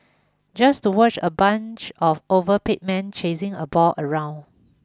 just to watch a bunch of overpaid men chasing a ball around